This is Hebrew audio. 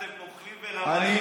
אתם נוכלים ורמאים,